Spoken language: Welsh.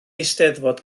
eisteddfod